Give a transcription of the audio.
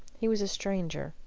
he was a stranger.